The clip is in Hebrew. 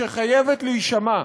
שחייבת להישמע.